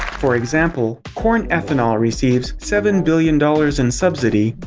for example, corn ethanol receives seven billion dollars in subsidy,